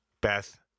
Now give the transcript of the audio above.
Beth